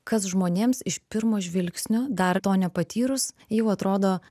kas žmonėms iš pirmo žvilgsnio dar to nepatyrus jau atrodo